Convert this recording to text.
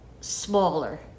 smaller